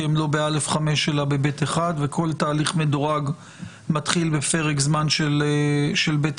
כי הם לא ב-א5 אלא ב-ב1 וכל תהליך מדורג מתחיל בפרק זמן של ב1.